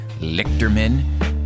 Lichterman